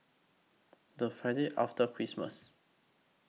The Friday after Christmas